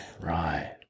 right